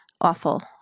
awful